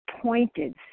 pointed